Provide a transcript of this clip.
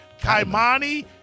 Kaimani